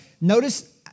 notice